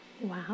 Wow